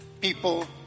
people